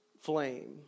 flame